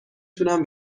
تونم